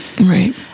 Right